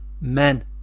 men